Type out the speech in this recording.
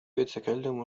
يتكلم